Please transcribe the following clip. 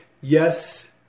Yes